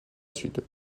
sud